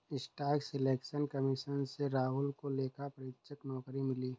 staff selection commission से राहुल को लेखा परीक्षक नौकरी मिली